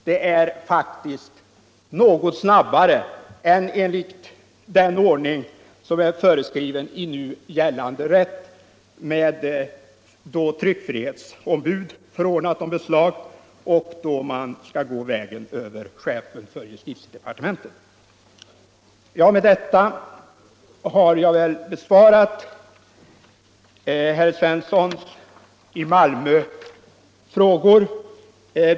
Det är faktiskt något snabbare än enligt den ordning som är föreskriven i nu gällande rätt — då tryckfrihetsombud förordnat om beslag och då man skall gå vägen över chefen för justitiedepartementet. Med detta har jag väl besvarat herr Svenssons i Malmö frågor.